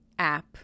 app